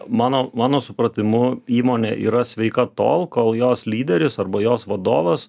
mano mano supratimu įmonė yra sveika tol kol jos lyderis arba jos vadovas